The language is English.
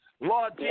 Lord